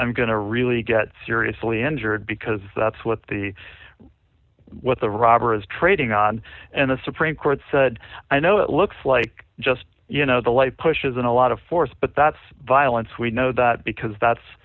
i'm going to really get seriously injured because that's what the what the robber is trading on and the supreme court said i know it looks like just you know the light pushes in a lot of force but that's violence we know that because that's